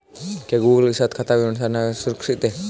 क्या गूगल के साथ खाता विवरण साझा करना सुरक्षित है?